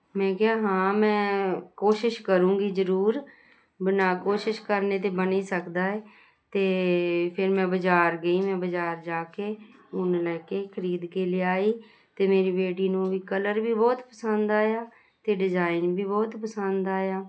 ਮੈਂ ਕਿਹਾ ਹਾਂ ਮੈਂ ਕੋਸ਼ਿਸ਼ ਕਰੂੰਗੀ ਜ਼ਰੂਰ ਬਣਾ ਕੋਸ਼ਿਸ਼ ਕਰਨ 'ਤੇ ਬਣ ਹੀ ਸਕਦਾ ਹੈ ਅਤੇ ਫੇਰ ਮੈਂ ਬਜ਼ਾਰ ਗਈ ਮੈਂ ਬਜ਼ਾਰ ਜਾ ਕੇ ਉੱਨ ਲੈ ਕੇ ਖਰੀਦ ਕੇ ਲਿਆਈ ਅਤੇ ਮੇਰੀ ਬੇਟੀ ਨੂੰ ਵੀ ਕਲਰ ਵੀ ਬਹੁਤ ਪਸੰਦ ਆਇਆ ਅਤੇ ਡਿਜ਼ਾਈਨ ਵੀ ਬਹੁਤ ਪਸੰਦ ਆਇਆ